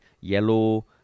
yellow